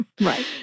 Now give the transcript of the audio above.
Right